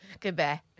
Goodbye